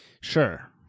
sure